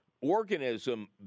organism